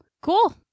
Cool